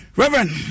reverend